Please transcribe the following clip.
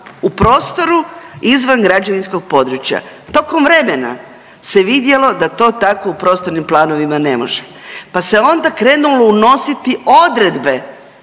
u prostoru izvan građevinskog područja. Tokom vremena se vidjelo da to tako u prostornim planovima ne može, pa se onda krenulo unositi odredbe,